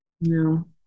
No